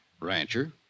Rancher